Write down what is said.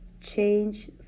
change